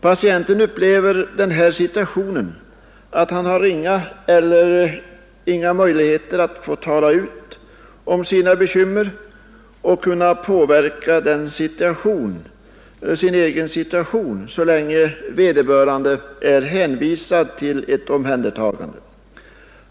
Patienten upplever den här situationen så att han har ringa eller inga 131 möjligheter att få tala ut om sina bekymmer och kunna påverka sin egen situation så länge han är hänvisad till ett omhändertagande.